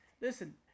Listen